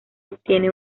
obtienen